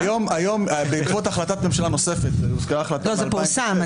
זה פורסם.